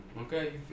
Okay